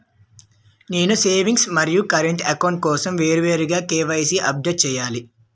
నేను సేవింగ్స్ మరియు current account కోసం వేరువేరుగా కే.వై.సీ అప్డేట్ చేయాలా?